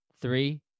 three